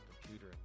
computer